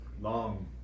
long